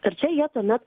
ir čia jie tuomet